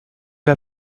peu